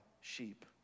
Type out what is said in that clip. sheep